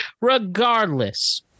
regardless